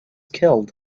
killed